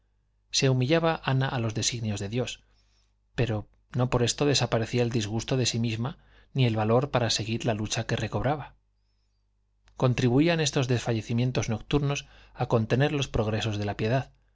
se humillaba ana a los designios de dios pero no por esto desaparecía el disgusto de sí misma ni el valor para seguir la lucha se recobraba contribuían estos desfallecimientos nocturnos a contener los progresos de la piedad